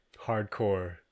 hardcore